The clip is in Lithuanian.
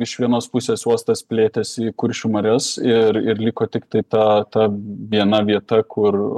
iš vienos pusės uostas plėtėsi į kuršių marias ir ir liko tiktai ta ta viena vieta kur